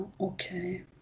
okay